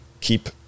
keep